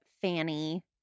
Fanny